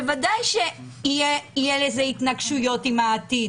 בוודאי שתהיה התנגשות עם העתיד,